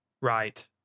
Right